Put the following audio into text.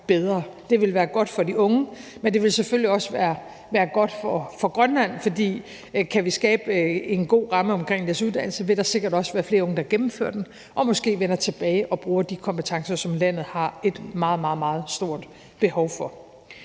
Det vil være godt for de unge, men det vil selvfølgelig også være godt for Grønland, for kan vi skabe en god ramme omkring vores uddannelser, vil der sikkert også være flere unge, der gennemfører dem, og måske vender tilbage og bruger de kompetencer, som landet har et meget, meget stort behov for.